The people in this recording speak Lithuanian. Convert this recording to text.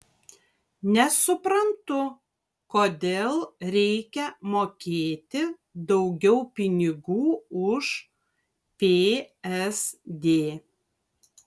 nesuprantu kodėl reikia mokėti daugiau pinigų už psd